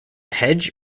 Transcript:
hedge